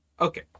okay